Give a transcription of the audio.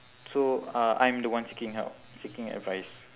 so uh I'm the one seeking help seeking advice